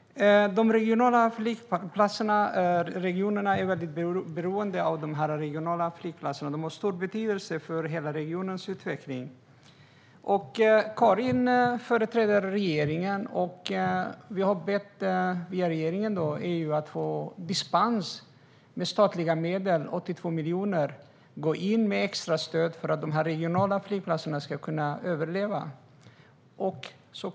Regionerna är beroende av de regionala flygplatserna. De har stor betydelse för regionernas utveckling. Karin företräder regeringen, och Sverige har via regeringen bett EU om dispens för att få gå in med extrastöd om 82 miljoner i statliga medel så att de regionala flygplatserna kan överleva.